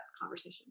conversation